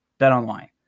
BetOnline